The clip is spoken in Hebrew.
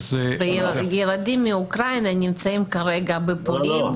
וילדים מאוקראינה נמצאים כרגע בפולין ובגרמניה.